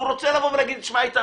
והוא רוצה לבוא ולהגיד: שמע איתן,